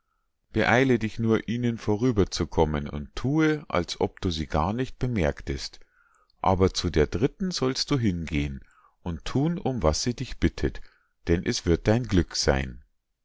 beeile dich nur ihnen vorüberzukommen und thue als ob du sie gar nicht bemerktest aber zu der dritten sollst du hingehen und thun um was sie dich bittet denn es wird dein glück sein